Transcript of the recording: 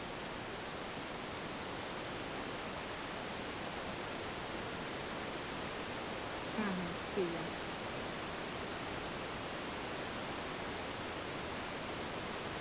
ᱦᱩᱸ ᱦᱩᱸ ᱴᱷᱤᱠᱜᱮᱭᱟ